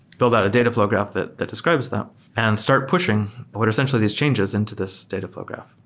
build out a dataflow graph that that describes them and start pushing but what are essentially these changes into this dataflow graph.